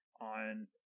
on